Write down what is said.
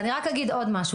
ואני רק אגיד עוד משהו.